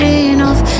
enough